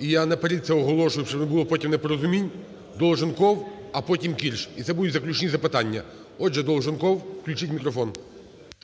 і я наперед це оголошую, щоб не було потім непорозумінь. Долженков, а потім – Кірш і це будуть заключні запитання. Отже, Долженков, включіть мікрофон.